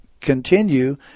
continue